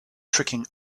tricking